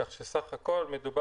כך שבסך הכל מדובר,